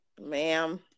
ma'am